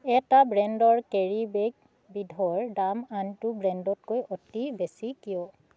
এটা ব্ৰেণ্ডৰ carry bag বিধৰ দাম আনটো ব্ৰেণ্ডতকৈ অতি বেছি কিয়